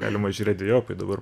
galima žiūrėt dvejopai dabar